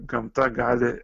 gamta gali